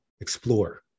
explore